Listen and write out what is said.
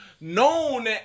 known